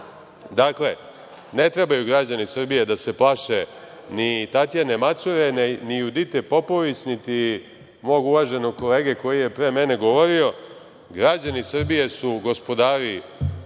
pravo. Dakle, ne trebaju građani Srbije da se plaše ni Tatjane Macure, ni Judite Popović, niti mog uvaženog kolege koji je pre mene govorio. Građani Srbije su gospodari